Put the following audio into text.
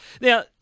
Now